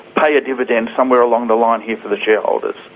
pay a dividend somewhere along the line here for the shareholders.